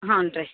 ಹ್ಞೂಂ ರೀ